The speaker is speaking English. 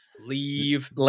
Leave